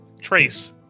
trace